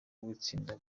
w’igitsina